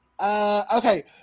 Okay